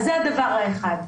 זה הדבר האחד.